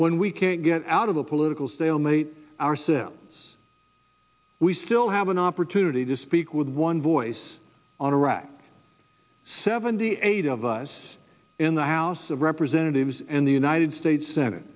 when we can't get out of the political stalemate ourselves we still have an opportunity to speak with one voice on a rack seventy eight of us in the house of representatives and the united states sen